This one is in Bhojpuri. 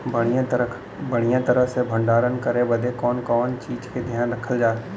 बढ़ियां तरह से भण्डारण करे बदे कवने कवने चीज़ को ध्यान रखल जा?